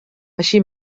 així